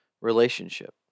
relationship